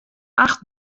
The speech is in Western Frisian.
acht